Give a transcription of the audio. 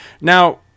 Now